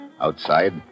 Outside